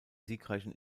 siegreichen